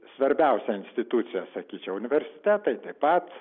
svarbiausia institucija sakyčiau universitetai taip pat